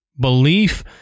belief